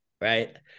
right